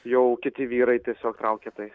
jau kiti vyrai tiesiog traukė tai